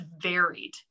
varied